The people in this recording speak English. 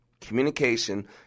Communication